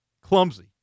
clumsy